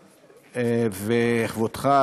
וכבודך,